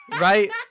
right